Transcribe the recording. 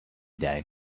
day